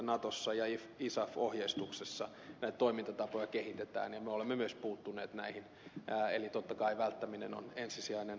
natossa ja isaf ohjeistuksessa näitä toimintatapoja kehitetään ja me olemme myös puuttuneet näihin eli totta kai välttäminen on ensisijainen tavoite